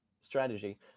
strategy